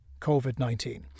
COVID-19